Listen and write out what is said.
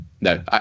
No